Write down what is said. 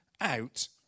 out